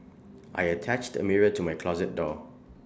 I attached A mirror to my closet door